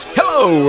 Hello